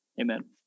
Amen